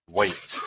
wait